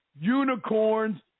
unicorns